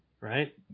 right